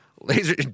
Laser